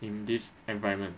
in this environment